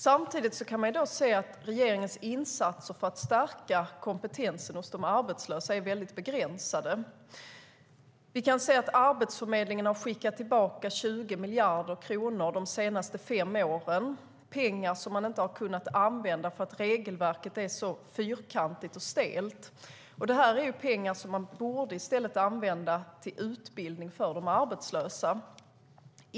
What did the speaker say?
Samtidigt kan man se att regeringens insatser för att stärka kompetensen hos de arbetslösa är väldigt begränsade. Vi kan se att Arbetsförmedlingen har skickat tillbaka 20 miljarder kronor de senaste fem åren, pengar som man inte har kunnat använda för att regelverket är så fyrkantigt och stelt. Det är pengar som man i stället borde använda till utbildning för de arbetslösa.